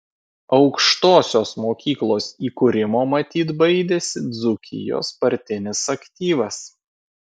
aukštosios mokyklos įkūrimo matyt baidėsi dzūkijos partinis aktyvas